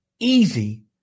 easy